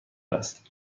است